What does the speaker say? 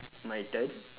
my turn